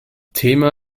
thema